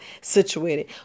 situated